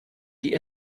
die